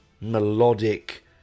melodic